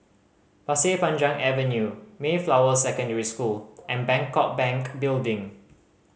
Pasir Panjang Avenue Mayflower Secondary School and Bangkok Bank Building